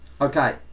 Okay